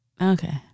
Okay